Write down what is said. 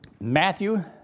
Matthew